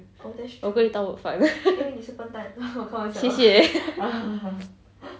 我不会当人犯 谢谢